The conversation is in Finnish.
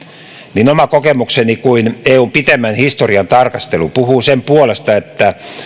niin oma kokemukseni kuin eun pitemmän historian tarkastelu puhuu sen puolesta että